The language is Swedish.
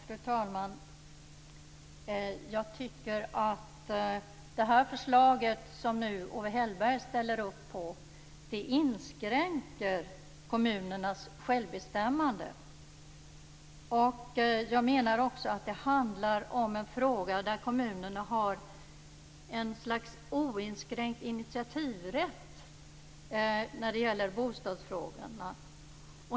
Fru talman! Jag tycker att det här förslaget som Owe Hellberg nu ställer sig bakom inskränker kommunernas självbestämmande. Jag menar också att det handlar om en fråga där kommunerna har ett slags oinskränkt initiativrätt när det gäller bostadsfrågorna.